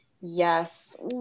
Yes